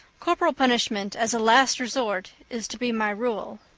corporal punishment as a last resort is to be my rule.